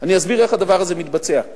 אני אסביר איך הדבר הזה מתבצע.